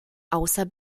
außer